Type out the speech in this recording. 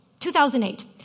2008